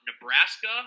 Nebraska